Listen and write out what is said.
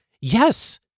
yes